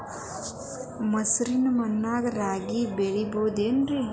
ಮಸಾರಿ ಮಣ್ಣಾಗ ರಾಗಿ ಬೆಳಿಬೊದೇನ್ರೇ?